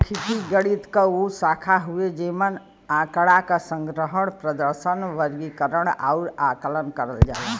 सांख्यिकी गणित क उ शाखा हउवे जेमन आँकड़ा क संग्रहण, प्रदर्शन, वर्गीकरण आउर आकलन करल जाला